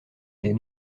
des